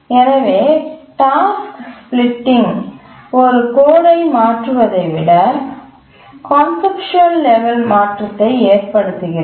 எனவே task splitting ஒரு கோடை மாற்றுவதை விட கான்செப்ட்சுவல் லெவல் மாற்றத்தை ஏற்படுத்துகிறது